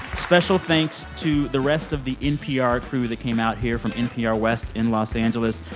special thanks to the rest of the npr crew that came out here from npr west in los angeles.